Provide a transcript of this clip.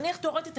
תיאורטית,